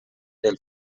del